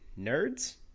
Nerds